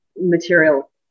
material